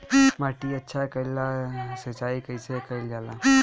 माटी अच्छा कइला ला सिंचाई कइसे कइल जाला?